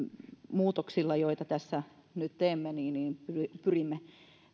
muutoksilla joita tässä nyt teemme pyrimme